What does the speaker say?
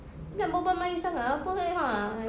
you nak berbual melayu sangat apa ah